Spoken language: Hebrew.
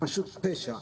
פשוט פשע.